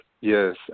Yes